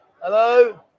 hello